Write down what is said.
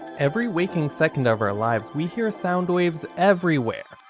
every waking second of our lives, we hear sound waves everywhere.